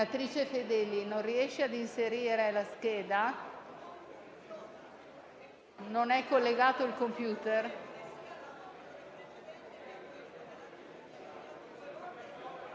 Senatrice Fedeli non riesce ad inserire la scheda? Non è collegato il *computer*?